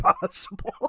possible